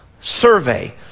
Survey